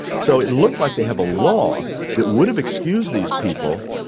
so it looks like they have a law that would have excused these people,